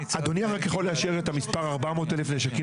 אדוני רק יכול לאשר את המספר: 400,000 נשקים